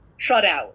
shutout